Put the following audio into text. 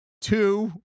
two